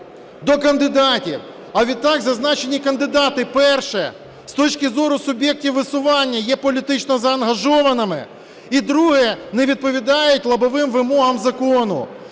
до кандидатів. А відтак зазначені кандидати, перше, з точки зору суб'єктів висування є політично заангажованими; і, друге, не відповідають лобовим вимогам закону.